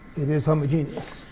it is homogeneous